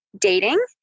dating